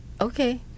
okay